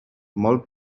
molt